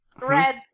Red